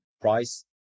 price